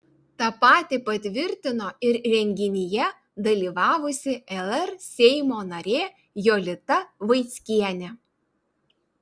tą patį patvirtino ir renginyje dalyvavusi lr seimo narė jolita vaickienė